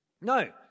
No